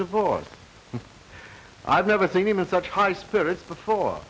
bored i've never seen him in such high spirits before